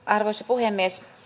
arvoisa puhemies